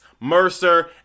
mercer